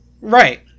Right